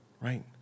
right